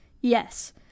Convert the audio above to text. yes